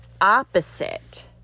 opposite